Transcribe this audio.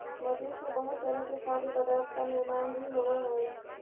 मधु से बहुत तरह के खाद्य पदार्थ का निर्माण भी होवअ हई